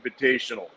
Invitational